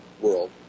world